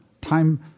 time